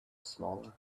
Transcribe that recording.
smaller